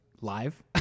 Live